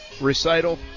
recital